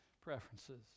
preferences